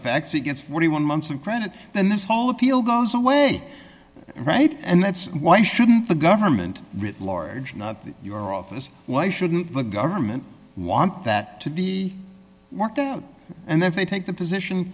facts against forty one months of credit then this whole appeal goes away right and that's why shouldn't the government writ large not your office why shouldn't the government want that to be worked out and then they take the position